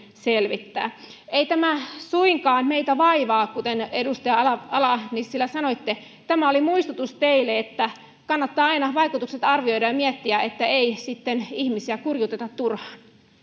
selvittää ei tämä suinkaan meitä vaivaa kuten edustaja ala ala nissilä sanoitte tämä oli muistutus teille että kannattaa aina vaikutukset arvioida ja miettiä että ei sitten ihmisiä kurjuuteta turhaan